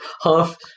Half